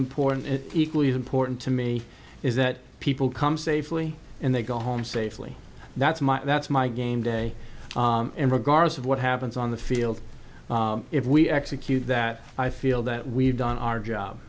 important is equally important to me is that people come safely and they go home safely that's my that's my game day and regardless of what happens on the field if we execute that i feel that we've done our